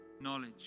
knowledge